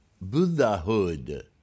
Buddhahood